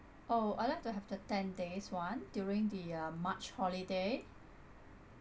oh I like to have the ten days [one] during the uh march holiday